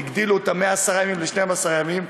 והגדילו אותם מ-10 ימים ל-12 ימים.